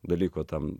dalyko tam